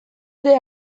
ere